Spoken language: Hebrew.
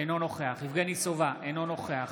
אינו נוכח יבגני סובה, אינו נוכח